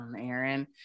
aaron